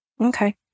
Okay